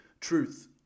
truth